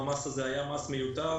המס הזה היה מס מיותר,